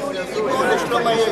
הציעו לי להעביר לשלום הילד.